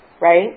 right